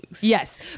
Yes